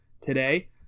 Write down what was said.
today